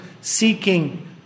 seeking